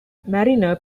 mariner